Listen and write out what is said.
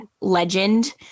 legend